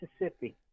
Mississippi